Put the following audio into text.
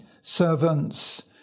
servants